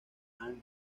and